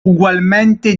ugualmente